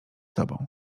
tobą